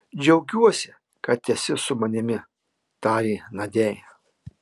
džiaugiuosi kad esi su manimi tarė nadiai